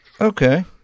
Okay